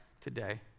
today